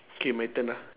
K my turn ah